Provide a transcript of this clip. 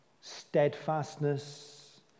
steadfastness